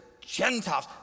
Gentiles